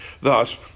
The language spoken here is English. thus